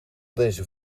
deze